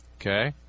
Okay